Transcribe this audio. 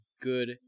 good